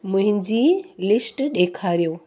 मुंहिंजी लिस्ट ॾेखारियो